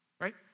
right